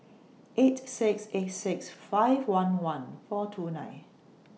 eight six eight six five one one four two nine